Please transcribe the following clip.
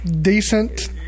Decent